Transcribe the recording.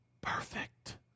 perfect